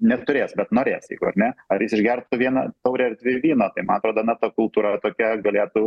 neturės bet norės jeigu ar ne ar jis išgertų vieną taurę ar dvi vyno tai man atrodo na ta kultūra tokia galėtų